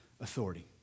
authority